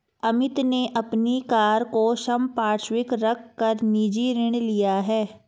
अमित ने अपनी कार को संपार्श्विक रख कर निजी ऋण लिया है